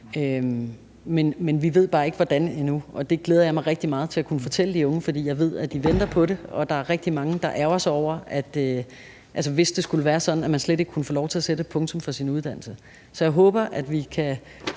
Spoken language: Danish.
Men vi ved bare ikke hvordan endnu. Og det glæder jeg mig rigtig meget til at kunne fortælle de unge, for jeg ved, at de venter på det, og der er rigtig mange, der vil ærgre sig over det, hvis det skulle være sådan, at man slet ikke kunne få lov til at sætte et punktum for sin uddannelse. Så jeg håber, at vi kan